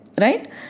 Right